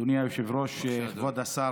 אדוני היושב-ראש, כבוד השר,